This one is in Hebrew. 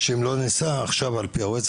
שאם לא תיסע עכשיו על פי ה- Waze,